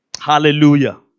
Hallelujah